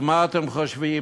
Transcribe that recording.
אז מה אתם חושבים?